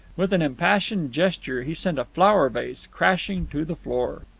with an impassioned gesture he sent a flower-vase crashing to the floor.